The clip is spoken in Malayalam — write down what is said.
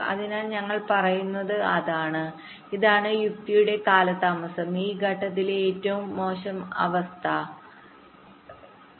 അതിനാൽ ഞങ്ങൾ പറയുന്നത് അതാണ് ഇതാണ് യുക്തിയുടെ കാലതാമസം ഈ ഘട്ടത്തിലെ ഏറ്റവും മോശം അവസ്ഥ കാലതാമസം